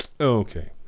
Okay